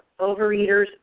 overeaters